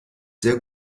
sehr